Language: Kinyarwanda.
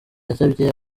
yasabye